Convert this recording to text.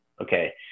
okay